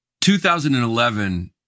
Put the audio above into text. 2011